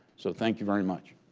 so thank you very much.